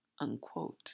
unquote